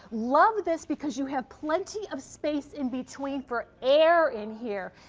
love this, because you have plenty of space in between for air in here.